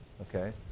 okay